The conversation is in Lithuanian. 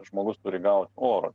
žmogus turi gauti oro